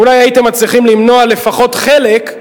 אולי הייתם מצליחים למנוע לפחות חלק,